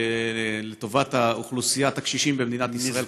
לטובת אוכלוסיית הקשישים במדינת ישראל,